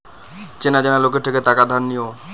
চেনা জানা লোকের থেকে টাকা ধার নিও